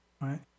right